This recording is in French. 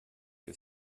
que